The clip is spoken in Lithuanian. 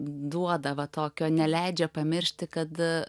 duoda va tokio neleidžia pamiršti kad